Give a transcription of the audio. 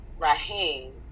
Rahim